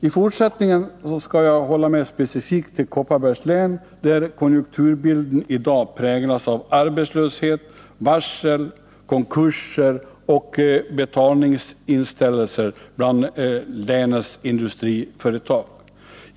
I fortsättningen skall jag hålla mig specifikt till Kopparbergs län, där konjunkturbilden i dag präglas av arbetslöshet, varsel, konkurser och betalningsinställelser bland länets industriföretag.